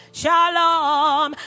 shalom